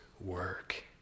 work